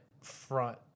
front